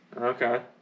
Okay